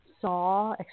saw